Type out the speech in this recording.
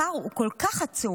הפער הוא כל כך עצום,